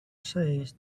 says